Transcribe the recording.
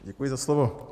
Děkuji za slovo.